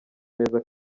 neza